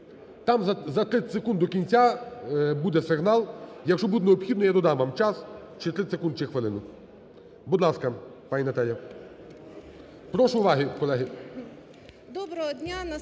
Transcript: Там за 30 секунд до кінця буде сигнал, якщо буде необхідно, я додам вам час чи 30 секунд, чи хвилину. Будь ласка, пані Наталя. Прошу уваги, колеги.